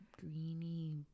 greeny